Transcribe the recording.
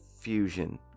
fusion